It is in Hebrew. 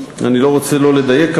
אני לא רוצה לא לדייק,